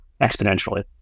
exponentially